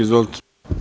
Izvolite.